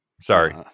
Sorry